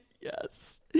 Yes